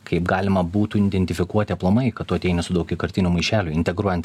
kaip galima būtų indentifikuoti aplamai kad tu ateini su daugiakartiniu maišeliu integruojant